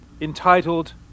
Entitled